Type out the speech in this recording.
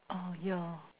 orh ya